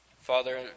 Father